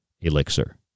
elixir